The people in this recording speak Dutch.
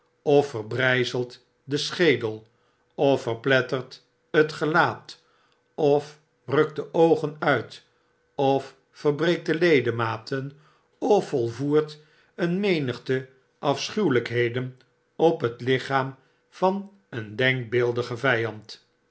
of verbrijzelt den schedel ofverpletterthetgelaat of rukt de oogen uit of verbreekt de ledenaaten of volvoert een menigte afschuwelijkheden op het lichaam van een denkbeeldigen vijand